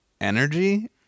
energy